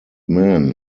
man